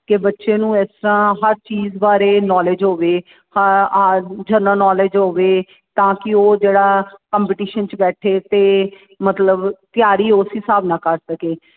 ਕਿ ਬੱਚੇ ਨੂੰ ਇਸ ਤਰ੍ਹਾਂ ਹਰ ਚੀਜ਼ ਬਾਰੇ ਨੋਲੇਜ ਹੋਵੇ ਜਨਰਲ ਨੌਲੇਜ ਹੋਵੇ ਤਾਂ ਕਿ ਉਹ ਜਿਹੜਾ ਕੰਪਟੀਸ਼ਨ 'ਚ ਬੈਠੇ ਅਤੇ ਮਤਲਬ ਤਿਆਰੀ ਉਸ ਹੀ ਹਿਸਾਬ ਨਾਲ ਕਰ ਸਕੇ